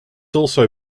also